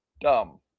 dumb